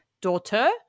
daughter